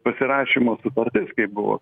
pasirašymo sutartis kai buvo